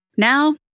Now